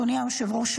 אדוני היושב-ראש,